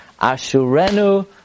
Ashurenu